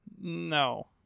No